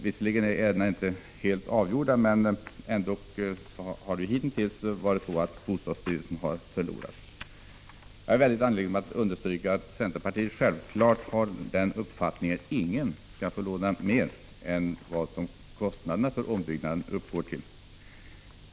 Visserligen är ärendena inte helt avgjorda, men det har hitintills ändå varit så att bostadsstyrelsen har förlorat. Jag är mycket angelägen om att understryka att centerpartiet självfallet har den uppfattningen att ingen skall få låna mer än vad kostnaderna för ombyggnaden uppgår till.